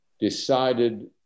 decided